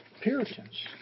Puritans